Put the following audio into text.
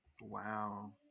Wow